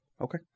Okay